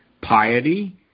piety